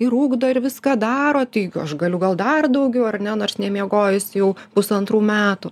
ir ugdo ir viską daro taigi aš galiu gal dar daugiau ar ne nors nemiegojus jau pusantrų metų